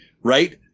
right